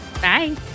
Bye